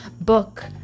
book